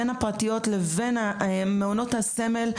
בין הפרטיות לבין המעונות הסמל.